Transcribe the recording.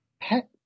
Pet